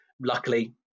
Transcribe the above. luckily